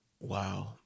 Wow